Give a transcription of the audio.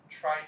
try